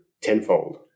tenfold